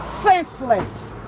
senseless